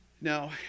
Now